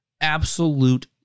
absolute